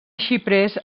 xiprers